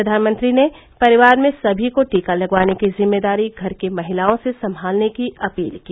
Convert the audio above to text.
प्रधानमंत्री ने परिवार में सभी को टीका लगवाने की जिम्मेदारी घर की महिलाओं से संभालने की अपील की